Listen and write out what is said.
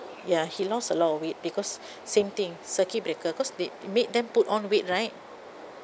ya he lost a lot of weight because same thing circuit breaker because they made them put on weight right